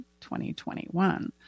2021